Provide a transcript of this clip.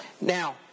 now